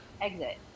exit